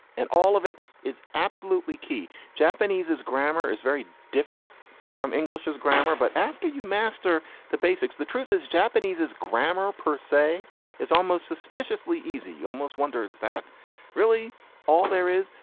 and all of it is absolutely key. japanese is grammar is very different from english as grammar. but after you master the basics, the truth is japanese is grammar per say is almost suspiciously easy. you almost wonder, is that really all there is?